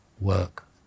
work